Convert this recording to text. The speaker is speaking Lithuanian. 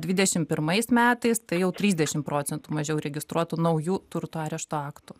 dvidešim pirmais metais tai jau trisdešim procentų mažiau registruotų naujų turto arešto aktų